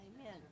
Amen